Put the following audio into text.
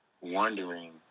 wondering